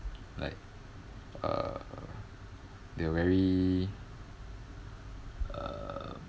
like uh they were very uh